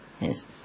Yes